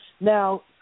Now